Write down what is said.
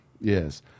Yes